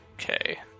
Okay